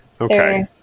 Okay